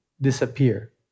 disappear